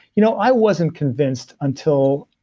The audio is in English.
you know, i wasn't convinced until.